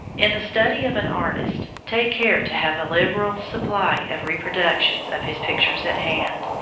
in the study of an artist, take care to have a liberal supply of reproductions of his pictures at hand.